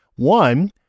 One